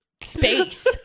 space